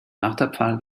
marterpfahl